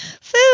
Food